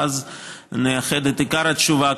ואז נייחד את עיקר התשובה,